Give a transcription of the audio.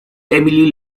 emily